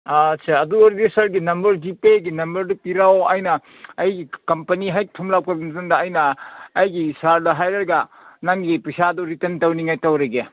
ꯑꯥ ꯁꯥ ꯑꯗꯨ ꯑꯣꯏꯔꯗꯤ ꯁꯥꯔꯒꯤ ꯅꯝꯕꯔ ꯖꯤꯄꯦꯒꯤ ꯅꯝꯕꯔꯗꯨ ꯄꯤꯔꯛꯎ ꯑꯩꯅ ꯑꯩꯒꯤ ꯀꯝꯄꯅꯤ ꯍꯦꯛ ꯊꯨꯡꯂꯛꯄ ꯃꯇꯝꯗ ꯑꯩꯅ ꯑꯩꯒꯤ ꯁꯥꯔꯗ ꯍꯥꯏꯔꯒ ꯅꯪꯒꯤ ꯄꯩꯁꯥꯗꯨ ꯔꯤꯇꯔꯟ ꯇꯧꯅꯤꯡꯉꯥꯏ ꯇꯧꯔꯒꯦ